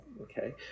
okay